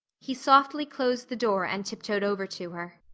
he softly closed the door and tiptoed over to her.